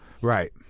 Right